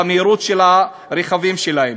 במהירות עם הרכבים שלהם.